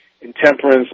intemperance